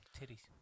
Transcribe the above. titties